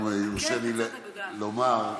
אם יורשה לי לומר,